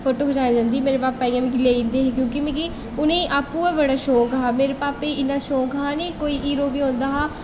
photo खचाने गी जंदे हे मेरे भापा मिगी लेई जंदे हे उ'नें आपूं गै बड़ा शौक हा मेरे भापे गी इन्ना शौक हा निं कोई हीरो गै औंदा हा